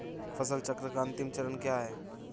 फसल चक्र का अंतिम चरण क्या है?